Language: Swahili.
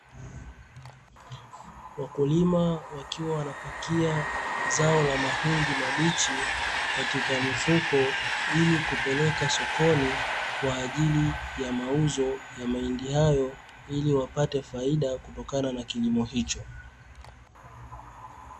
Wakulima wakiwa wanapakia zao la mahindi mabichi katika mifuko, ili kupeleka sokoni kwa ajili ya mauzo ya mahindi hayo, ili wapate faida kutokana na kilimo hicho.